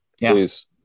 please